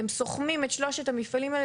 אתם סוכמים את שלושת המפעלים האלה,